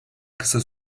kısa